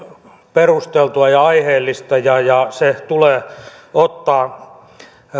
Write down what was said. perusteltua ja aiheellista ja ja se tulee ottaa